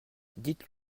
dites